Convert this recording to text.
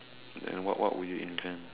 then what what would you invent